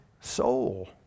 soul